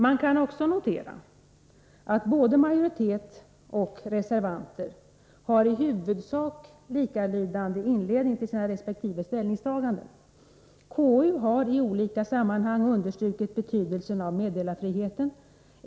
Man kan också notera att både majoritet och reservanter i huvudsak har likalydande inledningar till sina resp. ställningstaganden. Majoriteten skriver: ”Konstitutionsutskottet har i olika sammanhang understrukit betydelsen av meddelarfriheten.